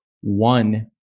one